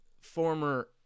former